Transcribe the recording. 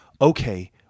okay